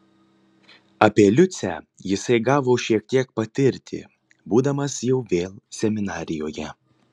apie liucę jisai gavo šiek tiek patirti būdamas jau vėl seminarijoje